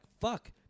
fuck